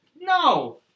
No